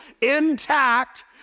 intact